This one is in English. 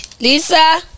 Lisa